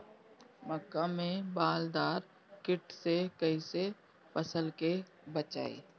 मक्का में बालदार कीट से कईसे फसल के बचाई?